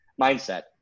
mindset